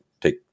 take